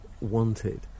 wanted